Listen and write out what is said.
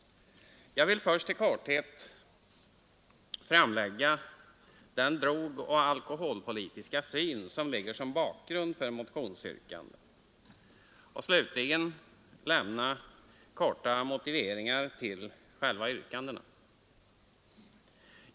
Jag vill först i korthet framlägga den drogoch alkoholpolitiska syn som är bakgrunden till motionsyrkandena och slutligen lämna korta motiveringar till själva yrkandena.